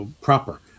proper